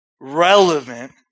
relevant